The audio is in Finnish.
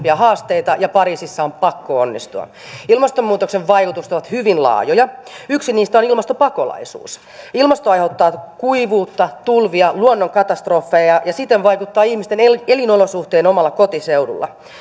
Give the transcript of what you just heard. suurimpia haasteita ja pariisissa on pakko onnistua ilmastonmuutoksen vaikutukset ovat hyvin laajoja yksi niistä on ilmastopakolaisuus ilmasto aiheuttaa kuivuutta tulvia ja luonnonkatastrofeja ja siten vaikuttaa ihmisten elinolosuhteisiin omalla kotiseudulla